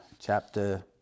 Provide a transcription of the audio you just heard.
chapter